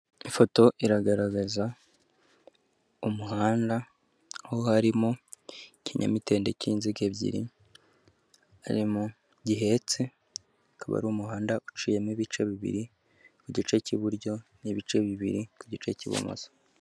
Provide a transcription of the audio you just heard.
Ifoto iragaragaza umuhanda harimo ikinyamitende cy'inzige ebyiri gihetse akaba ari umuhanda uciyemo ibice bibiri ku gice cy'iburyo n'ibice bibiri ku gice cy'ibumoso.